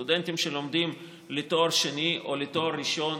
סטודנטים שלומדים לתואר שני או לתואר ראשון,